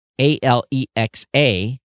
A-L-E-X-A